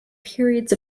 periods